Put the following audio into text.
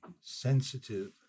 sensitive